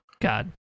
God